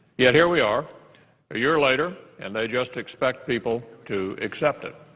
yet here we are a year later and they just expect people to accept it.